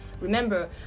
remember